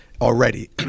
already